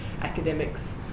academics